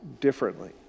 differently